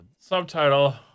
Subtitle